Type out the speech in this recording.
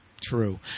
True